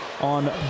on